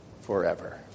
forever